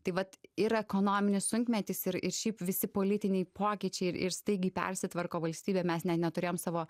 tai vat ir ekonominis sunkmetis ir ir šiaip visi politiniai pokyčiai ir ir staigiai persitvarko valstybė mes net neturėjom savo